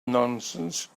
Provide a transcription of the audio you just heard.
nonsense